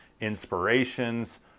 inspirations